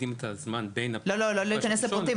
לא להיכנס לפרטים.